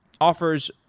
offers